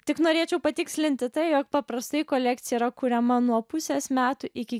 tik norėčiau patikslinti tai jog paprastai kolekcija yra kuriama nuo pusės metų iki